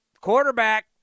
quarterback